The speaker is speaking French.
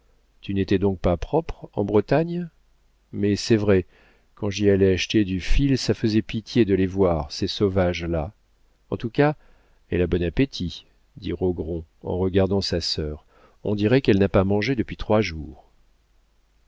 tu n'étais donc pas propre en bretagne mais c'est vrai quand j'y allais acheter du fil ça faisait pitié de les voir ces sauvages là en tout cas elle a bon appétit dit rogron en regardant sa sœur on dirait qu'elle n'a pas mangé depuis trois jours